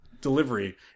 delivery